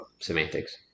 semantics